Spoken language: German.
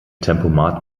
tempomat